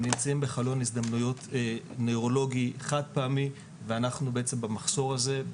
הם נמצאים בחלון הזדמנויות נוירולוגי חד פעמי ובעצם אנחנו במחסור הזה,